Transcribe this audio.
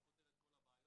לא פותר את כל הבעיות,